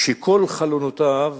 שכל חלונותיו